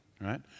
right